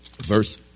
Verse